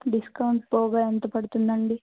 discount పోగా ఎంత పడుతుందండి